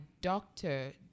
doctor